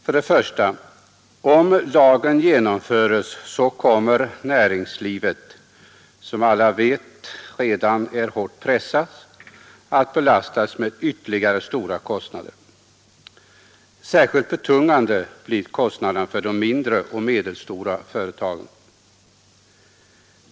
För det första: Om lagen genomföres, kommer näringslivet, vilket alla vet redan förut är hårt pressat, att belastas med ytterligare stora kostnader. Särskilt betungande blir kostnaden för de mindre och medelstora företagen.